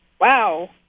wow